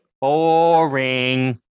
Boring